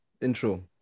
intro